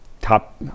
top